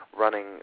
running